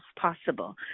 possible